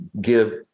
give